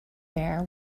wear